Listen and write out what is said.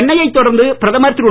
சென்னையை தொடர்ந்து பிரதமர் திரு